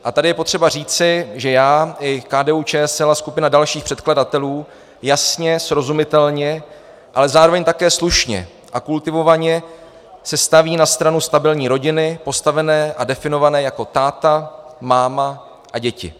A tady je potřeba říci, že já i KDUČSL a skupina dalších předkladatelů jasně, srozumitelně, ale zároveň také slušně a kultivovaně se staví na stranu stabilní rodiny postavené a definované jako táta, máma a děti.